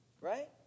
Right